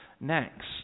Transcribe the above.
next